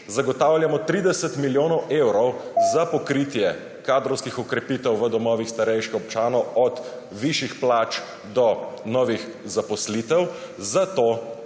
zagotavljamo 30 milijonov evrov za pokritje kadrovskih okrepitev v domovih starejših občanov, od višjih plač do novih zaposlitev, da